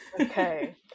Okay